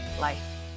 life